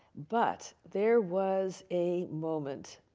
but there was a moment.